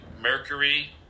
Mercury